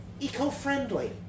eco-friendly